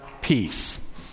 peace